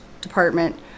department